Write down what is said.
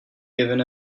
given